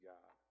God